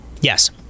Yes